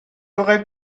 aurais